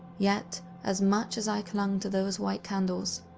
yet, as much as i clung to those white candles,